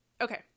Okay